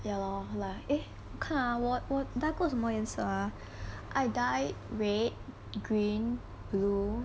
ya lor like eh 看 ah 我 dye 过什么颜色啊 I dyed red green blue